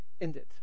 ended